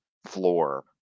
floor